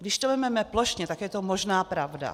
Když to vezmeme plošně, tak je to možná pravda.